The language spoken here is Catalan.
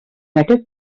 aquest